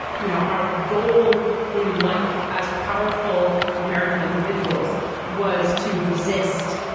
you know, our goal in life as powerful american individuals was to resist.